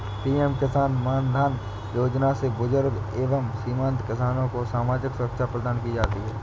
PM किसान मानधन योजना से बुजुर्ग एवं सीमांत किसान को सामाजिक सुरक्षा प्रदान की जाती है